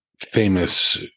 famous